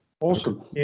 Awesome